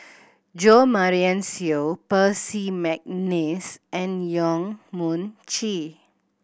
Jo Marion Seow Percy McNeice and Yong Mun Chee